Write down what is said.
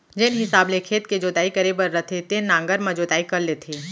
जेन हिसाब ले खेत के जोताई करे बर रथे तेन नांगर म जोताई कर लेथें